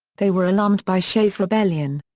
they were alarmed by shays' rebellion.